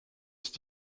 ist